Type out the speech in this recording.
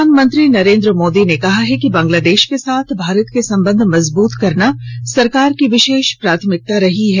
प्रधानमंत्री नरेंद्र मोदी ने कहा है कि बांग्लादेश के साथ भारत के संबंध मजबूत करना सरकार की विशेष प्राथमिकता रही है